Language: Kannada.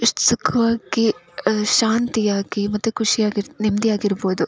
ಎಷ್ಟು ಸುಖವಾಗಿ ಶಾಂತಿಯಾಗಿ ಮತ್ತು ಖುಷಿಯಾಗಿ ನೆಮ್ಮದಿಯಾಗಿರ್ಬೋದು